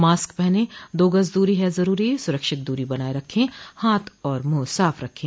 mask पहनें दो गज़ दूरी है ज़रूरी सुरक्षित दूरी बनाए रखें हाथ और मुंह साफ रखें